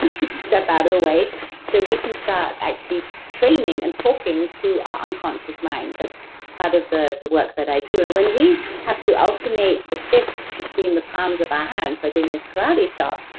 ah to step out of the way so we can start actually training and talking to our unconscious mind. that's part of the the work that i do. and when we have to alternate the fists between the palms of our hands by doing this karate chop,